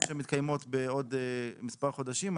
בעקבות ישיבות שמתקיימות בעוד מספר חודשים,